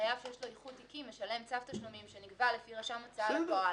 חייב שיש לו איחוד תיקים משלם צו תשלומים שנקבע לפי רשם הוצאה לפועל.